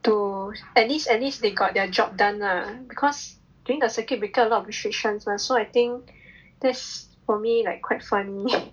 to at least at least they got their job done lah because during the curcuit breaker a lot of restrictions mah so I think that's for me like quite funny